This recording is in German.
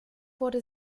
wurde